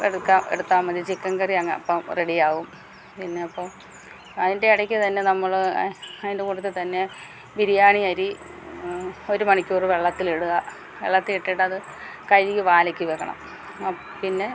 എടുക്കാം എടുത്താൽ മതി ചിക്കന്കറിയങ്ങ് അപ്പം റെഡിയാകും പിന്നപ്പം അതിന്റെടയ്ക്ക് തന്നെ നമ്മൾ അതിന്റെ കൂട്ടത്തിത്തന്നെ ബിരിയാണി അരി ഒരു മണിക്കൂറ് വെള്ളത്തിലിടുക വെള്ളത്തിലിട്ടിട്ടത് കഴുകി വാലേയ്ക്ക് വെക്കണം അപ്പം പിന്നെ